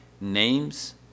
names